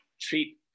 treat